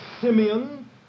Simeon